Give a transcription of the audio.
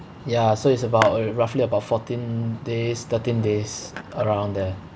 ya so it's about err roughly about fourteen days thirteen days around there